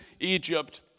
Egypt